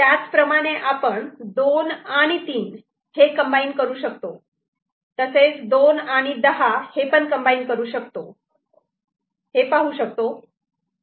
त्याचप्रमाणे आपण 2 आणि 3 हे कंबाईन करू शकतो तसेच 2 आणि 10 हे पण कम्बाईन करू शकतो हे आपण पाहिले